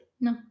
No